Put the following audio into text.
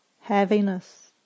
heaviness